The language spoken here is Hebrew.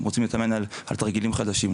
הם רוצים להתאמן על תרגילים חדשים,